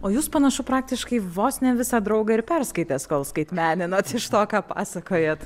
o jūs panašu praktiškai vos ne visą draugą ir perskaitęs kol skaitmeninot iš to ką pasakojat